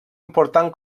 important